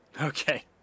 Okay